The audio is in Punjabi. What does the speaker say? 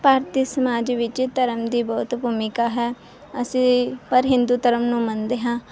ਭਾਰਤੀ ਸਮਾਜ ਵਿੱਚ ਧਰਮ ਦੀ ਬਹੁਤ ਭੂਮਿਕਾ ਹੈ ਅਸੀਂ ਪਰ ਹਿੰਦੂ ਧਰਮ ਨੂੰ ਮੰਨਦੇ ਹਾਂ